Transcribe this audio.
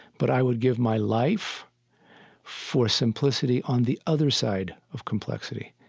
but i would give my life for simplicity on the other side of complexity.